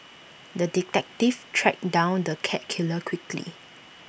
the detective tracked down the cat killer quickly